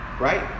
right